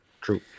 True